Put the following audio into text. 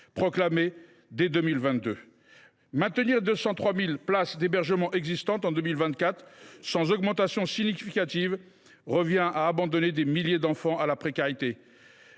proclamé dès 2022. Maintenir les 203 000 places d’hébergement existantes en 2024, sans augmentation significative, revient à abandonner des milliers d’enfants à la précarité.